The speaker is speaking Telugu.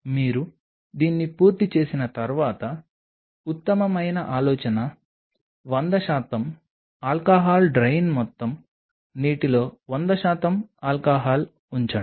మీరు దీన్ని పూర్తి చేసిన తర్వాత ఉత్తమమైన ఆలోచన 100 శాతం ఆల్కహాల్ డ్రెయిన్ మొత్తం నీటిలో 100 శాతం ఆల్కహాల్ ఉంచండి